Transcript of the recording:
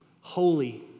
holy